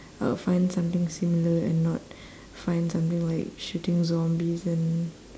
I would find something similar and not find something like shooting zombies and